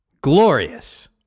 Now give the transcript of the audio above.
Glorious